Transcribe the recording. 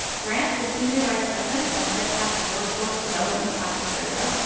grant is senior vice president of fed cap's workforce development practice area,